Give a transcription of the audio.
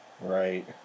Right